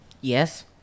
Yes